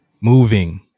moving